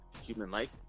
human-like